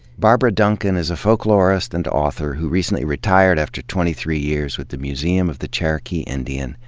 barbara duncan is a folklorist and author who recently retired after twenty-three years with the museum of the cherokee indian,